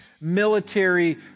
military